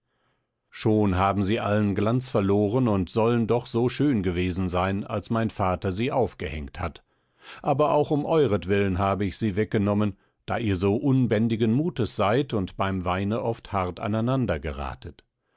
schon haben sie allen glanz verloren und sollen doch so schön gewesen sein als mein vater sie aufgehängt hat aber auch um euretwillen habe ich sie weggenommen da ihr so unbändigen mutes seid und beim weine oft hart aneinander geratet